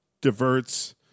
diverts